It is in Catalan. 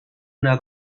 una